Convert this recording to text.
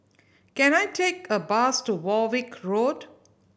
can I take a bus to Warwick Road